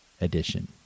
Edition